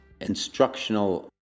instructional